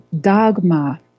dogma